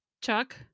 Chuck